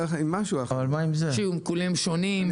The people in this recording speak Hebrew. שיקולים שונים,